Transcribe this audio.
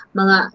mga